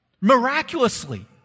Miraculously